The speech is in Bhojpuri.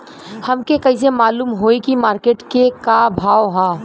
हमके कइसे मालूम होई की मार्केट के का भाव ह?